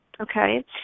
Okay